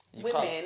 women